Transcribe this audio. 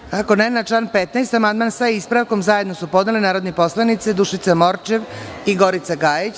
Da li još neko želi reč? (Ne) Na član 15. amandman sa ispravkom zajedno su podnele narodne poslanice Dušica Morčev i Gorica Gajić.